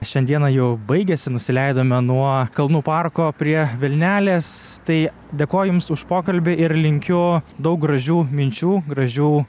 šiandieną jau baigėsi nusileidome nuo kalnų parko prie vilnelės tai dėkoju jums už pokalbį ir linkiu daug gražių minčių gražių